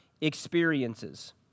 experiences